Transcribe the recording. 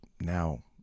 now